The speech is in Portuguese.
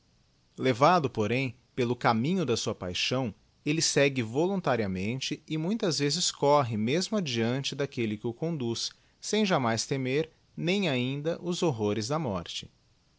levado porém pelo caminho da sua paixão elle segue voluntariamente e muitas vees corre mesma adiante daquelle que o conduz sem jamais temer nem ftlnda os horrores da morte